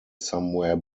somewhere